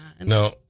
No